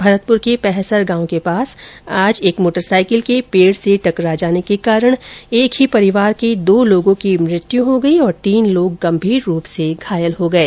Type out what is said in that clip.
भरतपुर के पहसर गांव के पास आज एक मोटरसाईकिल के पेड से टकरा जाने के कारण एक ही परिवार के दो लोगों की मृत्यू हो गई और तीन लोग गंभीर रूप से घायल हो गये